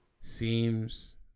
seems